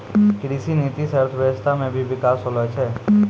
कृषि नीति से अर्थव्यबस्था मे भी बिकास होलो छै